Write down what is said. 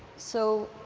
so